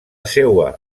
seua